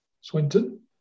Swinton